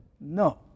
No